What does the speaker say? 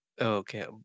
Okay